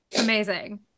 Amazing